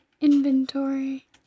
Inventory